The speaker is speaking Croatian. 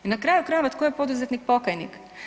I na kraju krajeva tko je poduzetnik pokajnik?